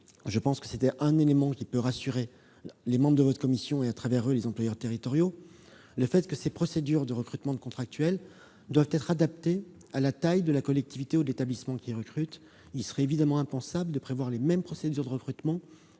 élément peut être de nature à rassurer les membres de votre commission et, à travers eux, les employeurs territoriaux -que les procédures de recrutement de contractuels doivent être adaptées à la taille de la collectivité ou de l'établissement qui recrute. Il serait évidemment impensable de prévoir les mêmes procédures de recrutement